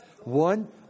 One